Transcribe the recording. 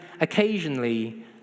occasionally